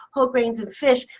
whole grains of fish,